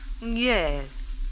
Yes